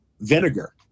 vinegar